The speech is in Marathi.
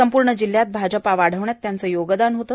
संपूर्ण जिल्ह्यात भाजपा वाढवण्यात त्यांचे योगदान होते